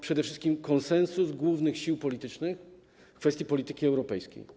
Przede wszystkim istniał konsensus głównych sił politycznych w kwestii polityki europejskiej.